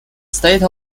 state